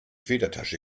federtasche